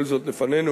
כל זאת לפנינו.